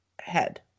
head